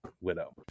widow